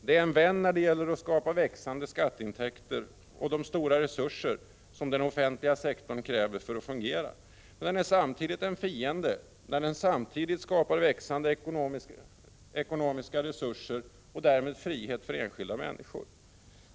Den är en vän när det gäller att skapa växande skatteintäkter och de stora resurser som den offentliga sektorn kräver för att fungera, men den är en fiende när den samtidigt skapar växande ekonomiska resurser och därmed frihet för enskilda människor.